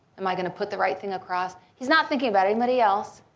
am i going to put the right thing across? he's not thinking about anybody else.